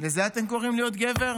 לזה אתם קוראים להיות גבר?